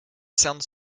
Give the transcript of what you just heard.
sounds